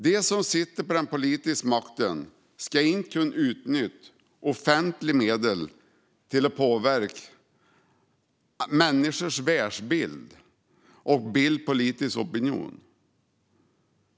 De som sitter på den politiska makten ska inte kunna utnyttja offentliga medel för att påverka människors världsbild och bilda politisk opinion.